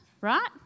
right